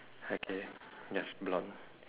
okay yes blonde